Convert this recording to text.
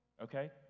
okay